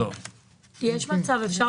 לא מצאנו